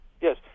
Yes